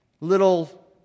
little